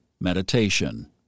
MEDITATION